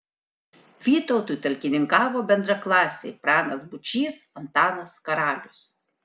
vytautui talkininkavo bendraklasiai pranas būčys antanas karalius